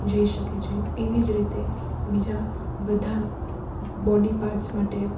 જઈ શકે છે એવી જ રીતે બીજા બધા બોડી પાર્ટસ માટે